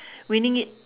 winning it